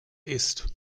ist